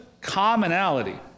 commonality